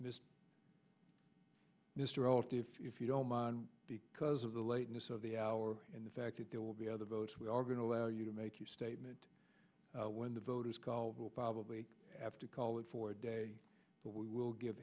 mr mr olcott if you don't mind because of the lateness of the hour and the fact that there will be other votes we are going to allow you to make your statement when the vote is called we'll probably have to call it four day so we will give